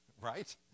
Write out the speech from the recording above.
right